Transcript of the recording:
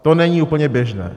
To není úplně běžné.